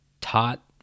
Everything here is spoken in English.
taught